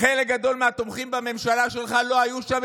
חלק גדול מהתומכים בממשלה שלך לא היו שם,